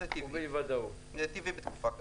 וזה טבעי בתקופה הזו.